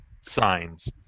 signs